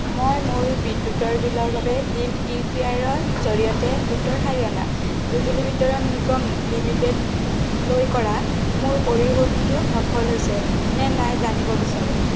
মই মোৰ বিদ্যুতৰ বিলৰ বাবে ভীম ইউ পি আই ৰ জৰিয়তে উত্তৰ হাৰিয়ানা বিজুলী বিতৰণ নিগম লিমিটেডলৈ কৰা মোৰ পৰিশোধটো সফল হৈছেনে নাই জানিব বিচাৰোঁ